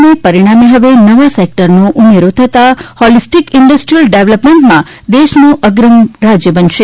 ને પરિણામે હવે નવાં સેકટર્સનો પણ ઉમેરો થતાં હોલિસ્ટીક ઇન્ડસ્ટ્રીયલ ડેવલપમેન્ટમાં દેશનું અગ્રીમ રાજ્ય બનશે